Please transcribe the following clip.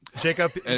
Jacob